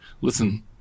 Listen